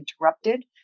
interrupted